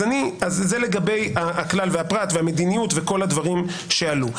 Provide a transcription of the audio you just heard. זה לגבי הכלל והפרט, המדיניות וכל הדברים שעלו.